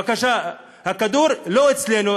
בבקשה, הכדור לא אצלנו.